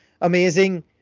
amazing